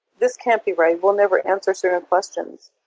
this can't be right. we'll never answer certain questions.